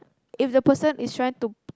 if the person is trying to